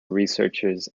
researchers